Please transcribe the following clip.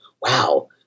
wow